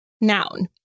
Noun